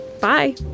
Bye